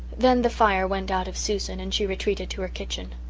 then the fire went out of susan and she retreated to her kitchen,